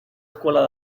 escuela